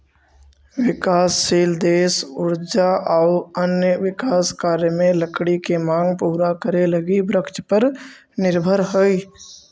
विकासशील देश ऊर्जा आउ अन्य विकास कार्य में लकड़ी के माँग पूरा करे लगी वृक्षपर निर्भर हइ